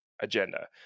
agenda